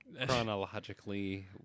Chronologically